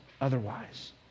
otherwise